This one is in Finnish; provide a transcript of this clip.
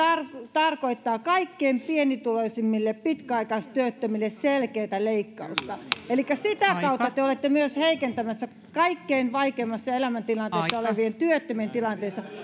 tarkoittaa kaikkein pienituloisimmille pitkäaikaistyöttömille selkeätä leikkausta elikkä sitä kautta te olette myös heikentämässä kaikkein vaikeimmassa elämäntilanteessa olevien työttömien tilannetta